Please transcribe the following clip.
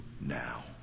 now